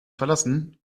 verlassen